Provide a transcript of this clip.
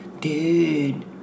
dude